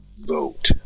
vote